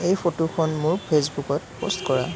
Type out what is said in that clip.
এই ফটোখন মোৰ ফেইচবুকত পোষ্ট কৰা